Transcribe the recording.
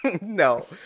No